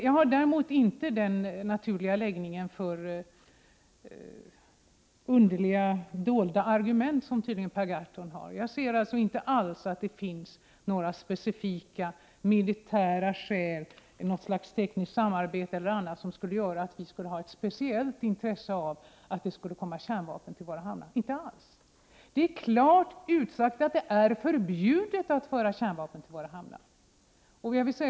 Jag har inte den naturliga läggning för underliga eller dolda argument som tydligen Per Gahrton har. Jag kan inte se att det finns några specifika militära skäl, tekniska samarbetsproblem eller annat som skulle göra att vi hade ett speciellt intresse av att det kom kärnvapenbestyckade fartyg till våra hamnar. Det är klart utsagt att det är förbjudet att föra med sig kärnvapen till våra hamnar.